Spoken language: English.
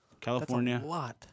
California